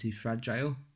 fragile